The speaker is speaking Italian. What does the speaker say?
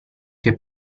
che